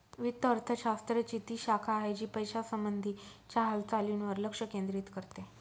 वित्त अर्थशास्त्र ची ती शाखा आहे, जी पैशासंबंधी च्या हालचालींवर लक्ष केंद्रित करते